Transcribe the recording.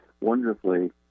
wonderfully